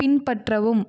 பின்பற்றவும்